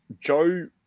Joe